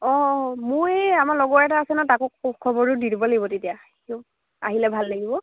অঁ অঁ মোৰ সেই আমাৰ লগৰ এটা আছে ন তাক খবৰটো দি দিব লাগিব তেতিয়া আহিলে ভাল লাগিব